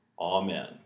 Amen